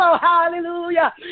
hallelujah